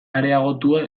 areagotua